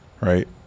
right